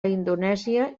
indonèsia